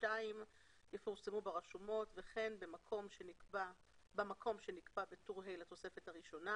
2 יפורסמו ברשומות וכן במקום שנקבע בטור ה' לתוספת הראשונה,